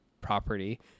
property